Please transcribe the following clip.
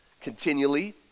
continually